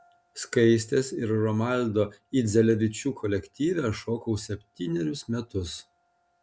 skaistės ir romaldo idzelevičių kolektyve šokau septynerius metus